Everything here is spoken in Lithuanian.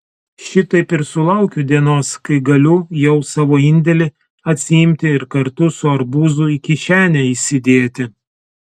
šitaip ir sulaukiu dienos kai galiu jau savo indėlį atsiimti ir kartu su arbūzu į kišenę įsidėti